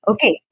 Okay